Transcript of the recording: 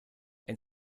and